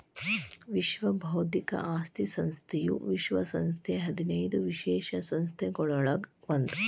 ವಿಶ್ವ ಬೌದ್ಧಿಕ ಆಸ್ತಿ ಸಂಸ್ಥೆಯು ವಿಶ್ವ ಸಂಸ್ಥೆಯ ಹದಿನೈದು ವಿಶೇಷ ಸಂಸ್ಥೆಗಳೊಳಗ ಒಂದ್